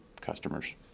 customers